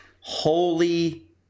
holy